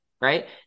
right